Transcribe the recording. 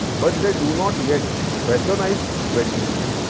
but they do not yet patronize wendy's.